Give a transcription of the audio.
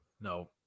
No